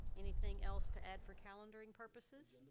anything else to add for calendering purposes? and